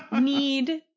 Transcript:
Need